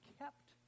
kept